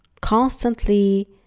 constantly